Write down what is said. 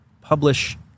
publish